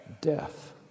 death